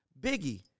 Biggie